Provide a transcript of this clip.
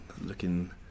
looking